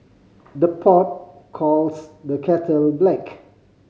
the pot calls the kettle black